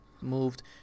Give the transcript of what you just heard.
moved